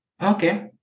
Okay